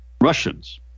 Russians